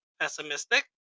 pessimistic